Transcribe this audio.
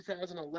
2011